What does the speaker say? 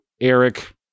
Eric